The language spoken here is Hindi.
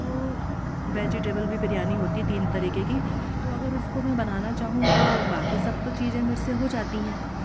तो वेजिटेबल भी बिरयानी होती है तीन तरीके की तो अगर उसको मैं बनाना चाहूँ तो बाकी सब तो चीज़ें मुझसे हो जाती हैं